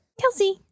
Kelsey